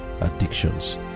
addictions